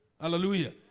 Hallelujah